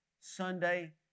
Sunday